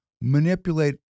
manipulate